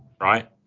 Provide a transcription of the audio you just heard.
right